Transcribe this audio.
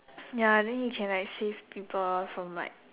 ya then he can like save people from like